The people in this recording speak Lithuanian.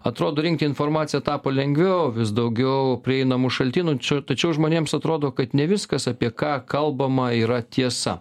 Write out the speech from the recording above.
atrodo rinkti informaciją tapo lengviau vis daugiau prieinamų šaltinų tačiau žmonėms atrodo kad ne viskas apie ką kalbama yra tiesa